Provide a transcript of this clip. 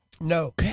No